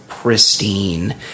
Pristine